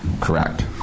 Correct